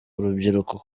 urubyiruko